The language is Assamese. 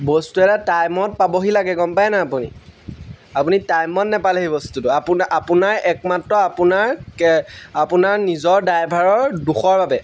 বস্তু এটা টাইমত পাবহি লাগে গম পায় নাই আপুনি আপুনি টাইমত নাপালেহি বস্তুটো আপোনা আপোনাৰ একমাত্ৰ আপোনাৰ আপোনাৰ নিজৰ ড্ৰাইভাৰৰ দুখৰ বাবে